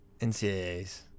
NCAA's